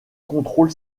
contrôle